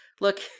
Look